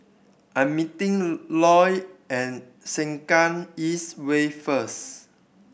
I am meeting Loy at Sengkang East Way first